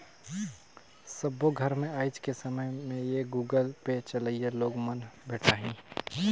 सबो घर मे आएज के समय में ये गुगल पे चलोइया लोग मन भेंटाहि